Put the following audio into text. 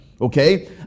okay